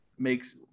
makes